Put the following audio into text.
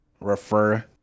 refer